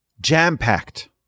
jam-packed